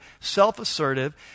self-assertive